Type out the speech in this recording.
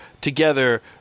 together